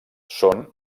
són